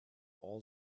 all